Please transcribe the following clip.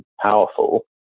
powerful